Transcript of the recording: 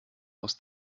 aus